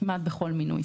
בכל מינוי.